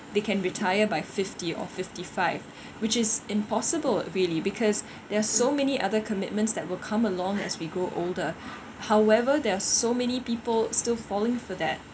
they can retire by fifty or fifty five which is impossible really because there are so many other commitments that will come along as we grow older however there are so many people still falling for that